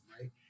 right